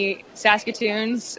Saskatoons